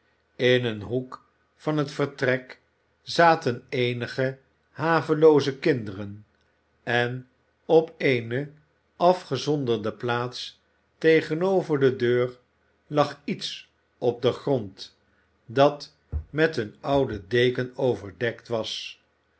in een hoek van het vertrek zaten eenige havelooze kinderen en op eene afgezonderde plaats tegenover de deur lag iets op den grond dat met eene oude deken overdekt was